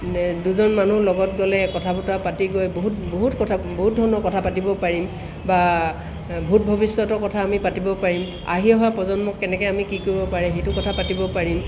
দুজন মানুহ লগত গ'লে কথা বতৰা পাতি গৈ বহুত বহুত কথা বহুত ধৰণৰ কথা পাতিবও পাৰিম বা ভূত ভৱিষ্যতৰ কথা আমি পাতিব পাৰিম আহি অহা প্ৰজন্মক কেনেকৈ আমি কি কৰিব পাৰে সেইটো কথা পাতিব পাৰিম